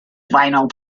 vinyl